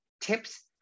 tips